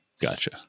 Gotcha